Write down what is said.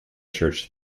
church